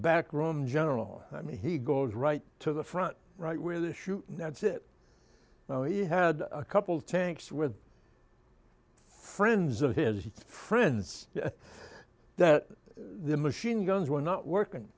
back room general i mean he goes right to the front right where the shooting that's it he had a couple tanks with friends of his friends that the machine guns were not working